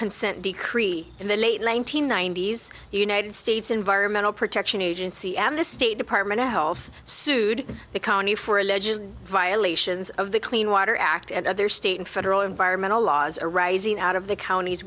consent decree in the late one nine hundred ninety s united states environmental protection agency and the state department of health sued the county for alleged violations of the clean water act and other state and federal environmental laws arising out of the count